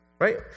Right